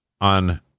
on